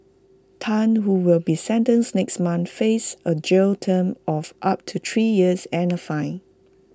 Tan who will be sentenced next month faces A jail term of up to three years and A fine